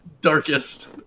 darkest